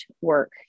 work